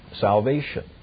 salvation